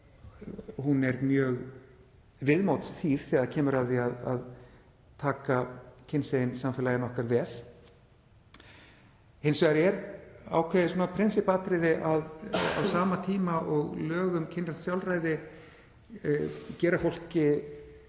er mjög viðmótsþýð þegar kemur að því að taka kynsegin samfélaginu okkar vel. Hins vegar er ákveðið prinsippatriði að á sama tíma og lög um kynrænt sjálfræði gera fólki